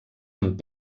amb